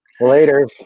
Later